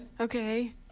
Okay